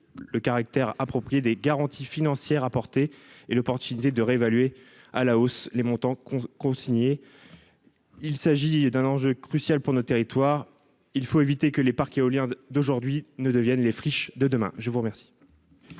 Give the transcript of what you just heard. le caractère approprié des garanties financières apportées et l'opportunité de réévaluer à la hausse les montants qu'ont consigné. Il s'agit d'un enjeu crucial pour notre territoire, il faut éviter que les parcs éoliens d'aujourd'hui ne deviennent les friches de demain, je vous remercie.